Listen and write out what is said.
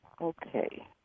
Okay